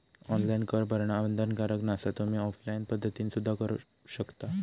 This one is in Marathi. ऑनलाइन कर भरणा बंधनकारक नसा, तुम्ही ऑफलाइन पद्धतीना सुद्धा करू शकता